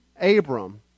Abram